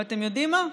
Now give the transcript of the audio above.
ואתם יודעים מה,